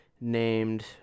named